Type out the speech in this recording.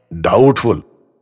Doubtful